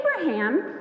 Abraham